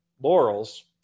Laurels